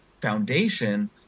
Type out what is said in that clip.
foundation